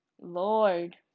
Lord